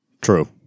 True